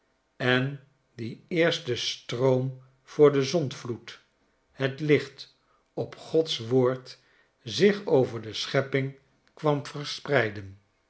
en die eerste stroom voor den zondvloed het licht op gods woord zich over de schepping kwam verspreiden